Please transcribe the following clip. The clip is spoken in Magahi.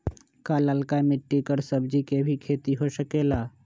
का लालका मिट्टी कर सब्जी के भी खेती हो सकेला?